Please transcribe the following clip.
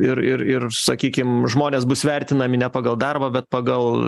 ir ir ir sakykim žmonės bus vertinami ne pagal darbą bet pagal